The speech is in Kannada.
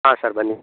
ಹಾಂ ಸರ್ ಬನ್ನಿ